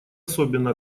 особенно